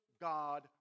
God